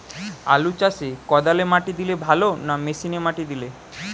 আলু চাষে কদালে মাটি দিলে ভালো না মেশিনে মাটি দিলে?